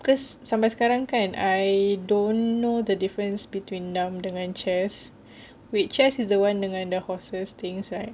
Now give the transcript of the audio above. cause sampai sekarang kan I don't know the difference between dam dengan chess wait chess is the one dengan the horses things right